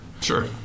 Sure